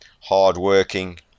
hardworking